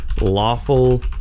Lawful